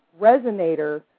resonator